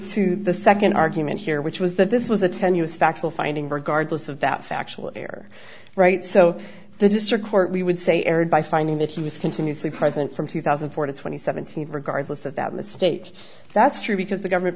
to the nd argument here which was that this was a tenuous factual finding regardless of that factual error right so the district court we would say erred by finding that he was continuously present from two thousand and four to two thousand and seventeen regardless of that in the state that's true because the government